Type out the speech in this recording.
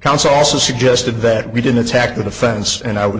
counsel also suggested that we did attack with offense and i would